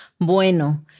Bueno